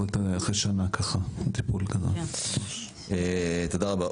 תודה רבה.